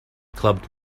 clubbed